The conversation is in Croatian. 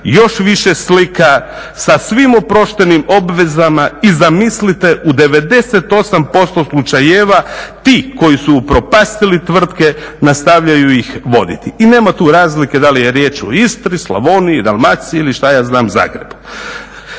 još više slika, sa svim oproštenim obvezama. I zamislite u 98% slučajeva ti koji su upropastili tvrtke nastavljaju ih voditi. I nema tu razlike da li je riječ o Istri, Slavoniji, Dalmaciji ili šta ja znam Zagrebu.